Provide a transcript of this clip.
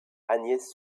agnès